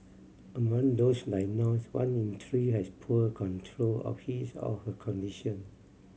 among those diagnosed one in three has poor control of his or her condition